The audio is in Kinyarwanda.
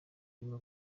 urimo